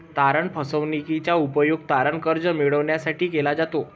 तारण फसवणूकीचा उपयोग तारण कर्ज मिळविण्यासाठी केला जातो